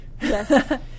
Yes